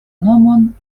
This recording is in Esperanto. nomon